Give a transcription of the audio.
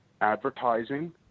advertising